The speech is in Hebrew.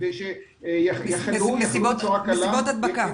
במסיבות הדבקה,